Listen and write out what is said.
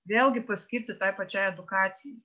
vėlgi paskirti tai pačiai edukacijai